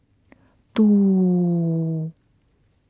two